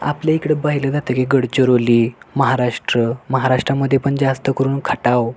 आपल्या इकडं पाहिलं जातं की गडचिरोली महाराष्ट्र महाराष्ट्रामध्ये पण जास्त करुन खटाव